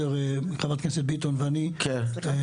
חברת הכנסת ביטון ואני ואחרים,